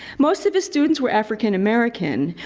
most of his students were african-american.